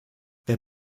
wer